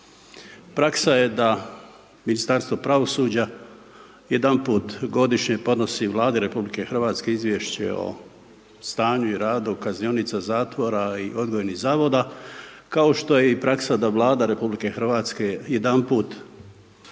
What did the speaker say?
Praksa je da Ministarstvo pravosuđa jedanput godišnje podnosi Vladi RH Izvješće o stanju i radu kaznionica, zatvora i odgojnih zavoda kao što je i praksa da Vlada RH jedanput godišnje